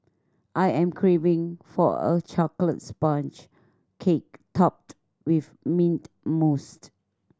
I am craving for a chocolate sponge cake topped with mint moused